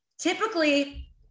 Typically